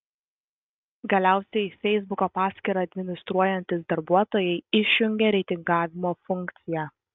galiausiai feisbuko paskyrą administruojantys darbuotojai išjungė reitingavimo funkciją